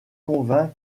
convainc